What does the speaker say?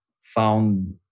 found